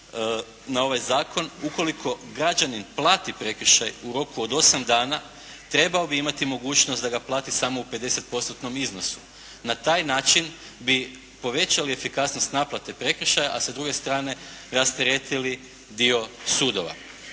na ovaj zakon, ukoliko građanin plati prekršaj u roku od 8 dana, trebao bi imati mogućnost da ga plati u samo 50%-tnom iznosu. Na taj način bi povećali efikasnost naplate prekršaja, a sa druge strane rasteretili dio sudova.